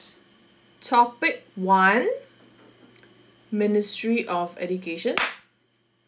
topic one ministry of education